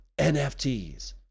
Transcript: NFTs